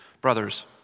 Brothers